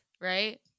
right